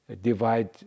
divide